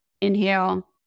inhale